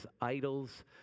idols